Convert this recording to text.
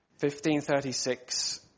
1536